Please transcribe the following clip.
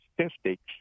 statistics